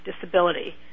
disability